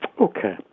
Okay